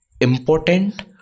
important